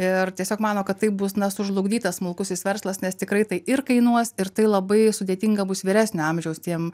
ir tiesiog mano kad tai bus na sužlugdytas smulkusis verslas nes tikrai tai ir kainuos ir tai labai sudėtinga bus vyresnio amžiaus tiem